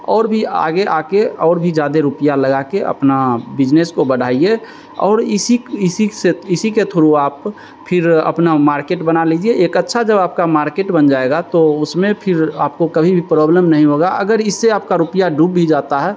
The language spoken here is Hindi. और भी आगे आ कर और भी ज्यादा रुपये लगा कर अपना बिजनेस को बढाइए और इसी इसी से इसी के थ्रू आप फिर आप अपना मार्केट बना लीजिए एक अच्छा जब आपका मार्केट बन जाएगा तो उसमें फिर आपको कभी भी प्रॉब्लम नहीं होगा अगर इससे आपका रुपया डूब भी जाता है